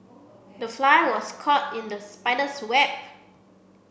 the fly was caught in the spider's